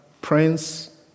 Prince